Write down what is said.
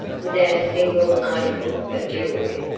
without a single article of jewelry,